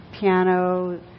piano